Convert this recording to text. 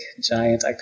giant